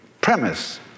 premise